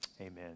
amen